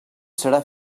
serà